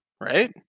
right